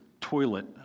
toilet